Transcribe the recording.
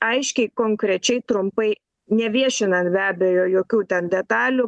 aiškiai konkrečiai trumpai neviešinant be abejo jokių ten detalių